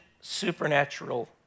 supernatural